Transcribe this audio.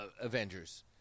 Avengers